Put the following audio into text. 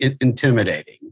intimidating